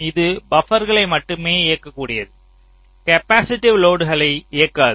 இது பபர்களை மட்டுமே இயக்கக்கூடியது கேப்பாசிட்டிவ் லோடுகளை இயக்காது